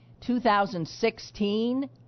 2016